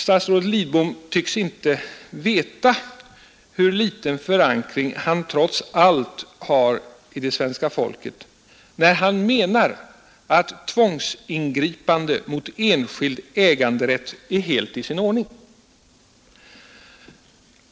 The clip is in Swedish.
Statsrådet Lidbom tycks inte veta hur liten förankring han trots allt har i svenska folket, när han menar att tvångsingripande mot enskild äganderätt är helt i sin ordning.